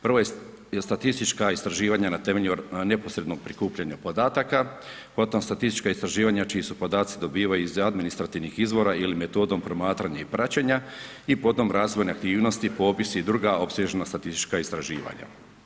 Prva statistička istraživanja na temelju neposrednog prikupljanja podataka, potom statistička istraživanja čiji se podaci dobivaju iz administrativnih izvora ili metodom promatranja i praćenja i potom razvojne aktivnosti, popis i druga opsežna statistička istraživanja.